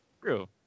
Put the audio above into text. True